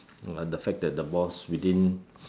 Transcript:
uh the fact that the boss within